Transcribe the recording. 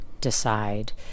decide